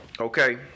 Okay